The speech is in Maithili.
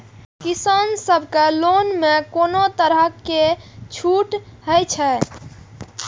किसान सब के लोन में कोनो तरह के छूट हे छे?